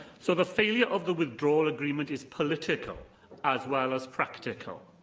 so, the failure of the withdrawal agreement is political as well as practical,